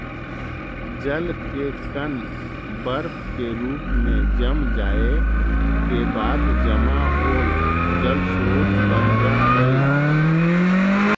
जल के कण बर्फ के रूप में जम जाए के बाद जमा होल जल स्रोत बन जा हई